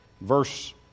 Verse